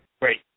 Great